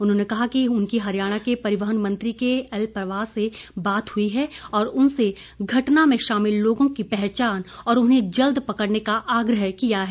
उन्होंने कहा कि उनकी हरियाणा के परिवहन मंत्री के एल पवार से बात हई है और उनसे घटना में शामिल लोगों की पहचान और उन्हें जल्द पकड़ने का आग्रह किया है